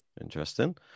Interesting